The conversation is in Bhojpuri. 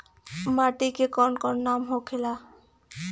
माटी के कौन कौन नाम होखेला?